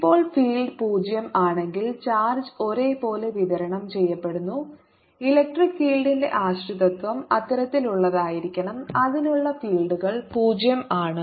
ഇപ്പോൾ ഫീൽഡ് 0 ആണെങ്കിൽ ചാർജ് ഒരേപോലെ വിതരണം ചെയ്യപ്പെടുന്നു ഇലക്ട്രിക് ഫീൽഡിന്റെ ആശ്രിതത്വം അത്തരത്തിലുള്ളതായിരിക്കണം അതിനുള്ളിലെ ഫീൽഡുകൾ 0 ആണ്